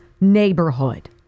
neighborhood